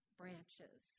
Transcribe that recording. branches